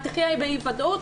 תחיה באי ודאות.